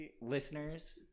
listeners